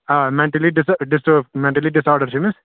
ہاں mentally disturbed mentally disorder چھُ أمِس